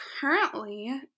currently